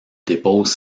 dépose